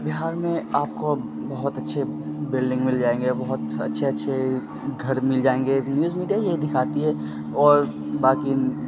بہار میں آپ کو بہت اچھے بلڈنگ مل جائیں گے بہت اچھے اچھے گھر مل جائیں گے نیوز میڈیا یہی دکھاتی ہے اور باقی